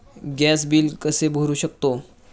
Gas bill कसे भरू शकतो?